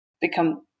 become